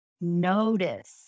notice